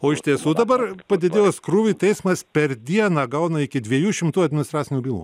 o iš tiesų dabar padidėjus krūviui teismas per dieną gauna iki dviejų šimtų administracinių bylų